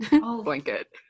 blanket